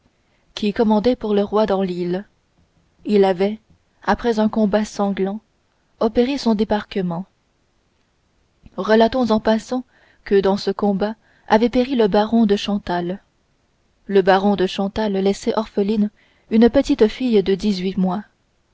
qui commandait pour le roi dans l'île il avait après un combat sanglant opéré son débarquement relatons en passant que dans ce combat avait péri le baron de chantal le baron de chantal laissait orpheline une petite fille de dix-huit mois